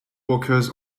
workers